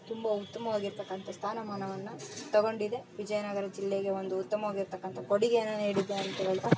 ತುಂಬ ಉತ್ತಮ್ವಾಗಿರ್ತಕ್ಕಂತ ಸ್ತಾನಮಾನವನ್ನ ತಗೊಂಡಿದೆ ವಿಜಯನಗರ ಜಿಲ್ಲೆಗೆ ಒಂದು ಉತ್ತಮವಾಗಿರ್ತಕ್ಕಂತ ಕೊಡಿಗೆಯನ್ನ ನೀಡಿದ್ದಾರೆ ಅಂತಾ ಹೇಳ್ತ